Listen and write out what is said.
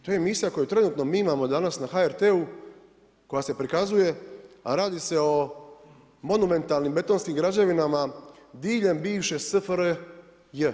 To je emisija koju trenutno mi imamo danas na HRT-u koja se prikazuje a radi se o monumentalnim betonskim građevinama diljem bivše SFRJ.